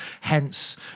hence